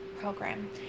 Program